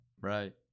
Right